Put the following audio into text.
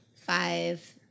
five